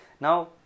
Now